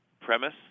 premise